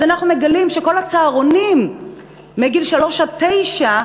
מגלים שכל הצהרונים מגיל שלוש עד תשע,